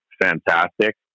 fantastic